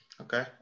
Okay